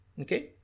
okay